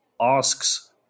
asks